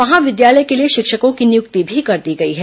महाविद्यालय के लिए शिक्षकों की नियुक्ति भी कर दी गई है